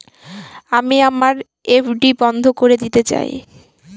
আমি আমার এফ.ডি বন্ধ করে দিতে চাই